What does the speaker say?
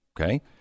Okay